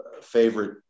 favorite